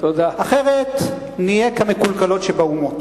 אחרת נהיה כמקולקלות שבאומות.